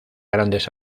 grandes